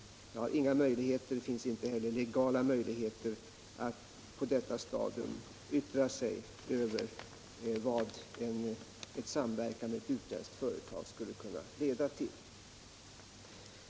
Jag har inga möjligheter till det, och det finns inte heller några legala möjligheter att på detta stadium yttra sig över vad en samverkan med ett utländskt företag skulle kunna leda till.